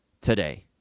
today